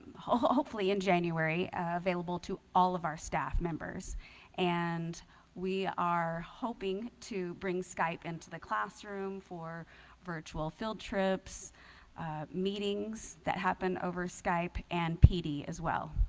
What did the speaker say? hopefully in january available to all of our staff members and we are hoping to bring skype into the classroom for virtual field trips meetings that happen over skype and pd as well.